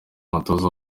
umutoza